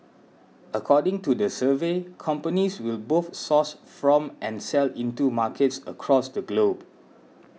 according to the survey companies will both source from and sell into markets across the globe